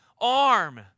arm